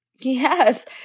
Yes